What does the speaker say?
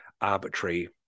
arbitrary